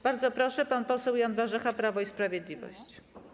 Bardzo proszę, pan poseł Jan Warzecha, Prawo i Sprawiedliwość.